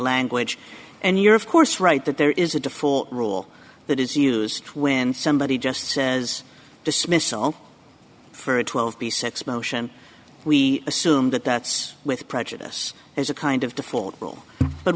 language and you're of course right that there is a default rule that is used when somebody just says dismissal for a twelve b six motion we assume that that's with prejudice as a kind of default rule but